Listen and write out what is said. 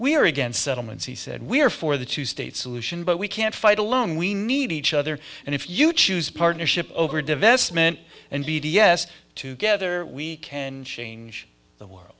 are against settlements he said we are for the two state solution but we can't fight alone we need each other and if you choose partnership over divestment and b d s to gether we can change the world